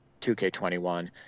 2k21